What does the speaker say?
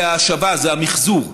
זה ההשבה, זה המחזוּר,